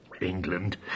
England